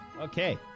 okay